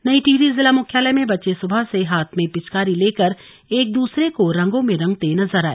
नई टिहरी जिला मुख्यालय में बच्चे सुबह से हाथ में पिचकारी लेकर एक दूसरे को रंगों में रंगते नजर आए